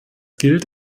gilt